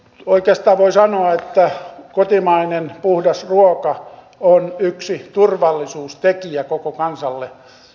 oikeastaan voi sanoa että kotimainen puhdas ruoka on yksi turvallisuustekijä koko kansalle